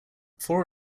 four